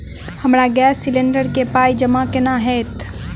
हमरा gas cylinder केँ पाई जमा केना हएत?